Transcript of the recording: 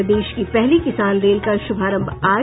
और देश की पहली किसान रेल का शुभारंभ आज